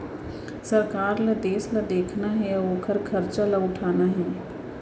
सरकार ल देस ल देखना हे अउ ओकर खरचा ल उठाना हे